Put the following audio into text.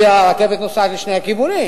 כי הרכבת נוסעת לשני הכיוונים,